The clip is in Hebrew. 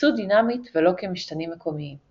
יוקצו דינמית ולא כמשתנים מקומיים.